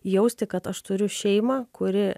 jausti kad aš turiu šeimą kuri